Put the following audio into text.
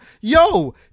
yo